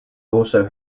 also